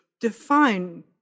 define